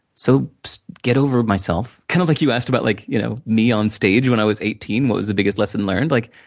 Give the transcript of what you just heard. so get over myself. kinda like you asked about like you know me onstage when i was eighteen, what was the biggest lesson learned? like,